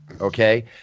Okay